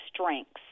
strengths